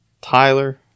Tyler